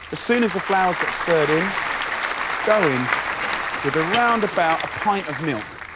as soon as the flour's got stirred in go in with a roundabout a pint of milk.